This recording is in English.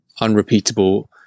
unrepeatable